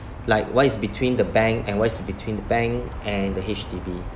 like what is between the bank and what is between the bank and the H_D_B